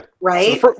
Right